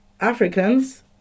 Africans